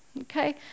okay